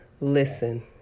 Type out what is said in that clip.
Listen